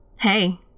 Hey